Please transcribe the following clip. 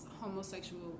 homosexual